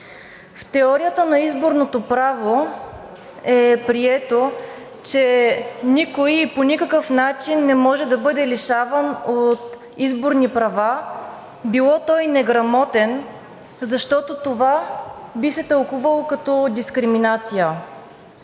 В теорията на изборното право е прието, че никой по никакъв начин не може да бъде лишаван от изборни права, било то и неграмотен, защото това би се тълкувало като дискриминация.